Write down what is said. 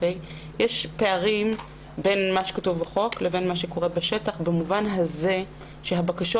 יש פערים בין מה שכתוב בחוק לבין מה שקורה בשטח במובן הזה שהבקשות